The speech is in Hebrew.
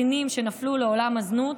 וקטינים שנפלו לעולם הזנות.